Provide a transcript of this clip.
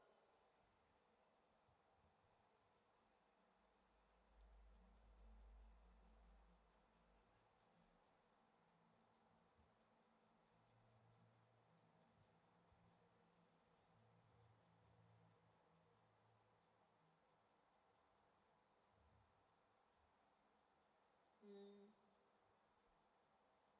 mm